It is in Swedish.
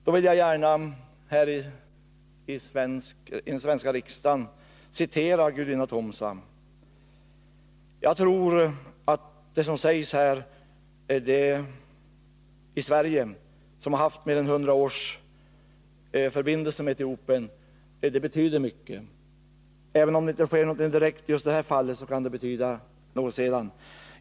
Jag vill gärna här i den svenska riksdagen citera Gudina Tomsa — och jag tror att det som sägs här i Sverige, som haft mer än 100 års förbindelser med Etiopien, betyder mycket. Även om detiinte sker någonting direkt i just detta fall kan det betyda något sedan.